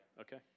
Okay